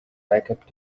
backup